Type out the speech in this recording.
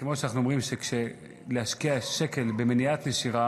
כמו שאנחנו אומרים, להשקיע שקל במניעת נשירה